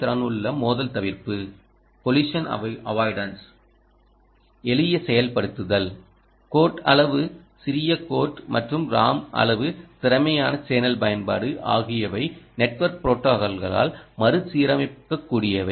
திறனுள்ள மோதல் தவிர்ப்பு எளிய செயல்படுத்தல் கோட் அளவு சிறிய கோட் மற்றும் ராம் அளவு திறமையான சேனல் பயன்பாடு ஆகியவை நெட்வொர்க் ப்ரோடோகாலால் மறுசீரமைக்கக்கூடியவை